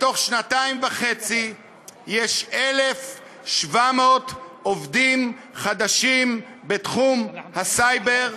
בתוך שנתיים וחצי יש 1,700 עובדים חדשים בתחום הסייבר,